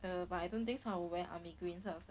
nevermind I don't think so I'll wear army green so I was like